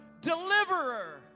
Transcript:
Deliverer